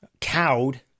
cowed